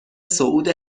صعود